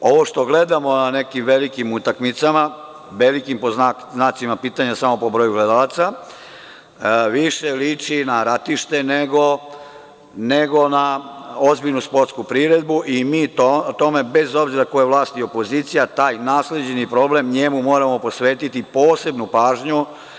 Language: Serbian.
Ovo što gledamo na nekim velikim utakmicama, velikim pod znacima pitanja, samo po broju gledalaca, više liči na ratište nego na ozbiljnu sportsku priredbu i mi o tome bez obzira koje vlast, ko opozicija, tom nasleđenom problemu moramo posvetiti posebnu pažnju.